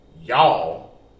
y'all